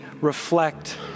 reflect